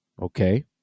Okay